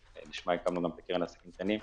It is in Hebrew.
שלשמה גם הקמנו את הקרן לעסקים קטנים,